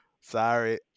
Sorry